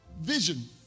vision